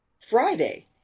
Friday